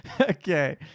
Okay